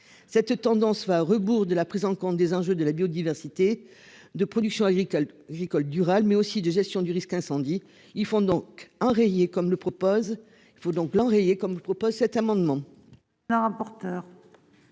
Cette tendance va à rebours de la prise en compte des enjeux de la biodiversité de production. École durable mais aussi de gestion du risque incendie. Ils font donc enrayer comme le propose. Il faut donc